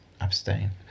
abstain